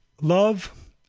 Love